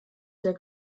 der